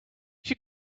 you